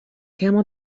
camel